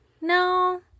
no